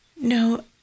No